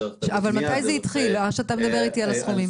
דרך תווי קנייה -- מתי זה התחיל כשאתה מדבר איתי על הסכומים?